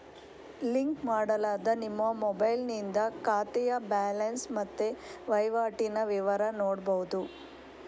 link ಮಾಡಲಾದ ನಿಮ್ಮ ಮೊಬೈಲಿನಿಂದ ಖಾತೆಯ ಬ್ಯಾಲೆನ್ಸ್ ಮತ್ತೆ ವೈವಾಟಿನ ವಿವರ ನೋಡ್ಬಹುದು